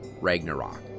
Ragnarok